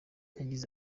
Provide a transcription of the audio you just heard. yagize